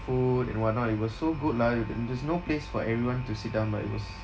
food and whatnot it was so good lah there's no place for everyone to sit down but it was